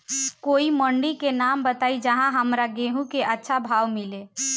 कोई मंडी के नाम बताई जहां हमरा गेहूं के अच्छा भाव मिले?